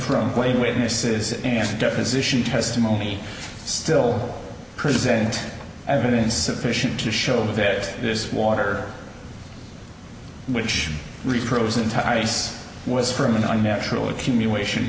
from way witnesses and deposition testimony still present evidence sufficient to show the best this water which repros in ties was from an unnatural accumulation